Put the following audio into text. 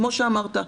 כמו שאמרת,